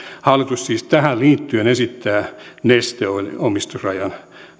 hallitus siis tähän liittyen esittää neste oilin omistusrajan